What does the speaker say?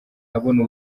abona